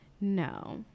No